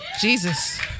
Jesus